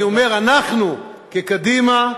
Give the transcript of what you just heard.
אני אומר: אנחנו, כקדימה,